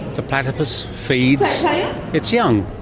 the platypus feeds its young.